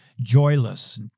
joyless